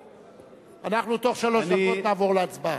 בתוך שלוש דקות נעבור להצבעה.